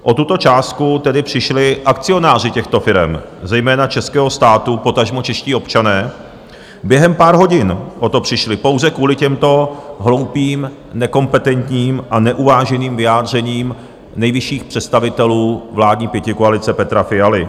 O tuto částku tedy přišli akcionáři těchto firem, zejména českého státu, potažmo čeští občané, během pár hodin o to přišli pouze kvůli těmto hloupým nekompetentním a neuváženým vyjádřením nejvyšších představitelů vládní pětikoalice Petra Fialy.